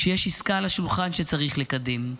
כשיש עסקה על השולחן שצריך לקדם,